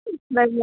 by ल